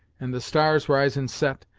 and the stars rise and set,